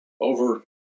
over